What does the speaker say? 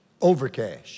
Overcash